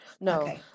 no